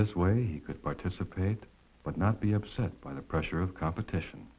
this way he could participate but not be upset by the pressure of competition